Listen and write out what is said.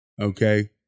okay